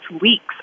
weeks